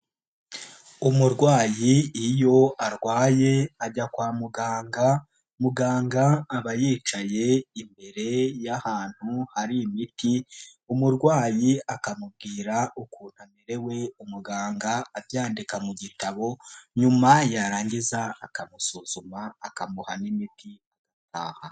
Umurwayi iyo arwaye ajya kwa muganga, muganga aba yicaye imbere y'ahantu hari imiti, umurwayi akamubwira ukuntu amerewe umuganga abyandika mu gitabo, nyuma yarangiza akamusuzuma akamuha n'imiti agataha.